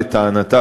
לטענתה,